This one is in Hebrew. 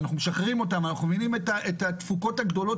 ואנחנו משחררים אותם ואנחנו מבינים את התפוקות הגדולות